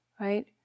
right